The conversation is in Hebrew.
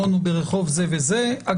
שם.